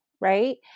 right